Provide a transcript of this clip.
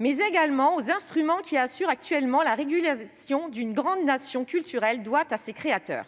mais également aux instruments qui assurent actuellement la régularisation qu'une grande nation culturelle doit à ses créateurs.